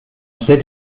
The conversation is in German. stellt